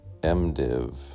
MDiv